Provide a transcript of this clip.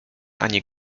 ani